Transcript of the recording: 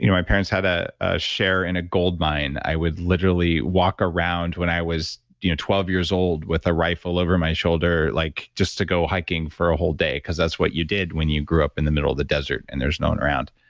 you know my parents had a a share in a gold mine. i would literally walk around when i was twelve years old with a rifle over my shoulder, like just to go hiking for a whole day, because that's what you did when you grew up in the middle of the desert and there's no one around.